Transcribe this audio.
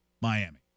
Miami